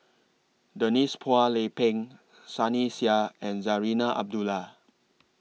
Denise Phua Lay Peng Sunny Sia and Zarinah Abdullah